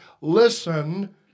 listen